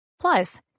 Plus